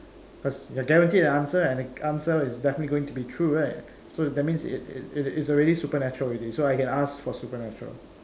cause you are guaranteed an answer and the answer is definitely going to be true right so that means it it it's already supernatural already so I can ask for supernatural